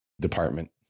Department